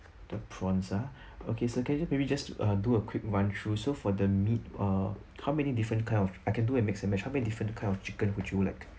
the prawns ah okay sir can I just maybe just uh do a quick run through so for the meat uh how many different kind of I can do a mix and match how many different kind of chicken would you like